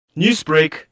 Newsbreak